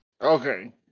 Okay